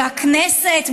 בכנסת,